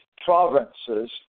provinces